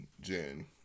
Jen